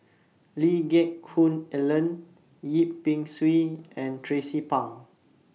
Lee Geck Hoon Ellen Yip Pin Xiu and Tracie Pang